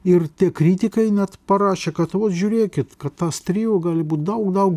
ir tie kritikai net parašė kad va žiūrėkit kad tas trijų gali būti daug daug